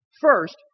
First